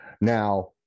Now